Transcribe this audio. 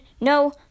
No